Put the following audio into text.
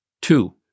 Two